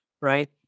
right